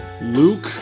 Luke